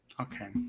Okay